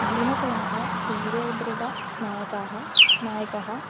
भीमसेनः धीरोद्धतनायकाः नायकः